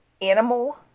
animal